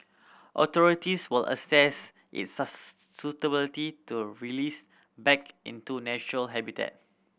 authorities will assess its suitability to released back into natural habitat